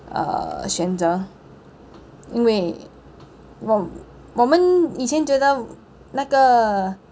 uh 选择因为我我们以前觉得那个